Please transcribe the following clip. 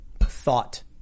thought